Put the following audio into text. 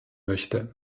möchte